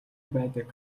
байдаг